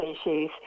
species